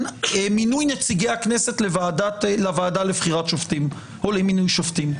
מינוי נציגי הכנסת לוועדה לבחירת שופטים או למינוי שופטים.